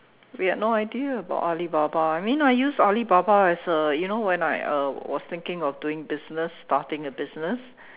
we had no idea about Alibaba I mean I used Alibaba as a you know when I uh was thinking of doing a business starting a business